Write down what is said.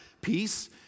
peace